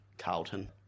carlton